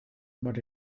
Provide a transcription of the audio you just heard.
but